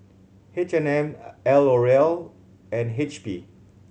H and M L'Oreal and H P